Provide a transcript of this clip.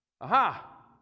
Aha